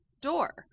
door